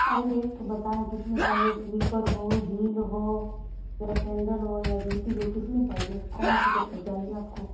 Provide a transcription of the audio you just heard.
ارے ایک تو بتائیں کس میں چاہیے سلیپر ہو ہیل ہو یا سینڈل ہو یا جوتی ہو کس میں چاہیے کون سی چپل چاہیے آپ کو